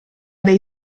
dei